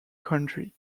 country